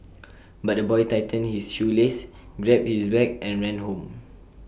but the boy tightened his shoelaces grabbed his bag and ran home